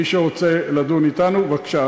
מי שרוצה לדון אתנו, בבקשה.